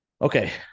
Okay